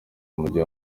umujyi